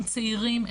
צעירים,